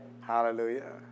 Hallelujah